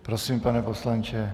Prosím, pane poslanče.